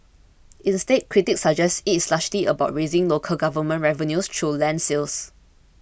instead critics suggest it is largely about raising local government revenues through land sales